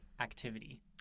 activity